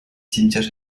cimetière